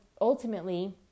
ultimately